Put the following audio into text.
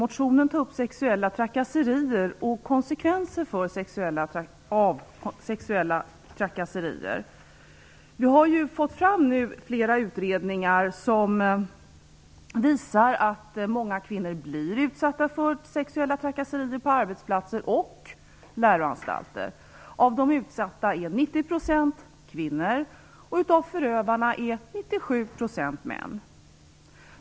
Motionen tar upp sexuella trakasserier och konsekvenser av sexuella trakasserier. Vi har fått fram flera utredningar som visar att många kvinnor blir utsatta för sexuella trakasserier på arbetsplatser och läroanstalter. Av de utsatta är 90 % kvinnor och av förövarna är 97 % män.